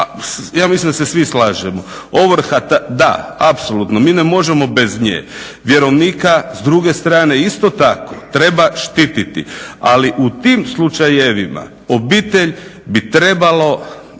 Ja mislim da se svi slažemo, ovrha da, apsolutno mi ne možemo bez nje, vjerovnika s druge strane isto tako treba štititi, ali u tim slučajevima obitelj bi trebala